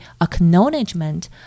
acknowledgement